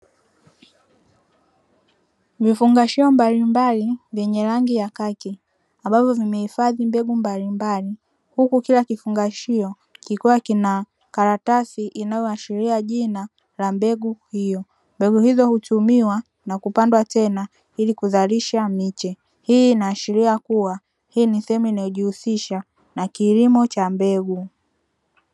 Vifungashio mbali mbali vyenye rangi ya kaki, ambavyo vimehifadhi mbegu mbalimbali, huku kila kifungashio kikiwa na karatasi inayoashiria jina la mbegu hiyo, mbagu hizo hutumiwa na kupandwa tena ili kuzalisha miche. Hii inaashiria kuwa hii ni sehemu inayojihusisha na kilimo cha mbegu.